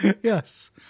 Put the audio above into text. Yes